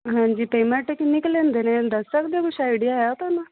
ਹਾਂਜੀ ਪੇਮੈਂਟ ਕਿੰਨੇ ਕੁ ਲੈਂਦੇ ਨੇ ਦੱਸ ਸਕਦੇ ਹੋ ਕੁਛ ਆਈਡੀਆ ਹੈ ਤੁਹਾਨੂੰ